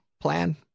plan